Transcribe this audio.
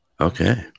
okay